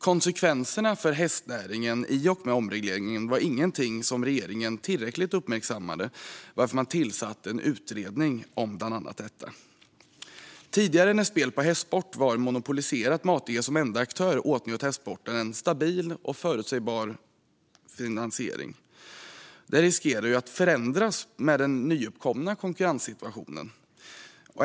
Konsekvenserna för hästnäringen i och med omregleringen var ingenting som regeringen tillräckligt uppmärksammade, varför man tillsatte en utredning om bland annat detta. Tidigare när spel på hästsport var monopoliserat med ATG som enda aktör åtnjöt hästsporten en stabil och förutsägbar finansiering. Detta riskerar att förändras med den nyuppkomna konkurrenssituationen.